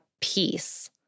peace